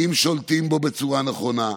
אם שולטים בו בצורה נכונה,